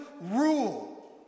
rule